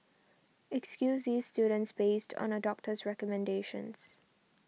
excuse these students based on a doctor's recommendations